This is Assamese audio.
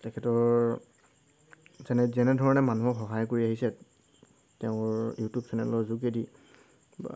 তেখেতৰ যেনে যেনেধৰণে মানুহক সহায় কৰি আহিছে তেওঁৰ ইউটিউব চেনেলৰ যোগেদি বা